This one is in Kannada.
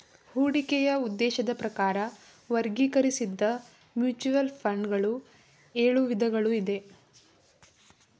ಹೂಡಿಕೆಯ ಉದ್ದೇಶದ ಪ್ರಕಾರ ವರ್ಗೀಕರಿಸಿದ್ದ ಮ್ಯೂಚುವಲ್ ಫಂಡ್ ಗಳು ಎಳು ವಿಧಗಳು ಇದೆ